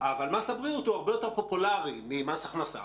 אבל מס הבריאות הוא הרבה יותר פופולארי ממס הכנסה,